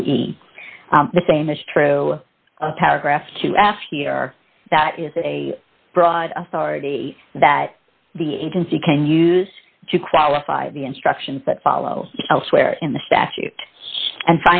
be the same is true of paragraphs to ask here that is a broad authority that the agency can use to qualify the instructions that follow elsewhere in the statute and